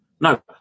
No